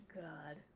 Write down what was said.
god